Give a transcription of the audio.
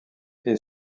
est